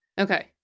okay